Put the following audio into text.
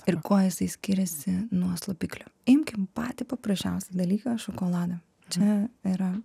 ir kuo jisai skiriasi nuo slopiklio imkim patį paprasčiausią dalyką šokoladą čia yra